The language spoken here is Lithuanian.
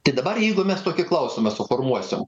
tai dabar jeigu mes tokį klausimą suformuosim